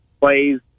plays